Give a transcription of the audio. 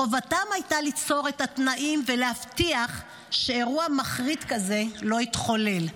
חובתם הייתה ליצור את התנאים ולהבטיח שאירוע מחריד כזה לא יתחולל,